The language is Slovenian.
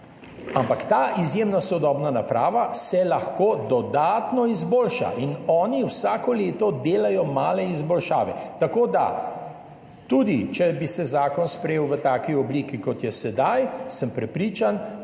ampak ta izjemno sodobna naprava se lahko dodatno izboljša, in oni vsako leto delajo male izboljšave. Tako da tudi če bi se zakon sprejel v taki obliki, kot je sedaj, sem prepričan,